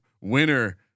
winner